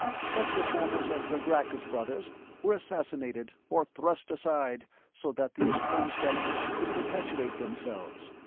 such reformers as the gracchus brothers were assassinated or thrust aside so that the entrenched elements could perpetuate themselves,